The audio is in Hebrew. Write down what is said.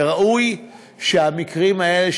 וראוי שבמקרים האלה,